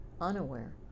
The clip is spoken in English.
unaware